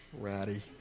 ratty